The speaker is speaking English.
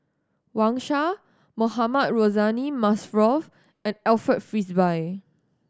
Wang Sha Mohamed Rozani Maarof and Alfred Frisby